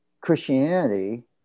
Christianity